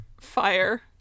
fire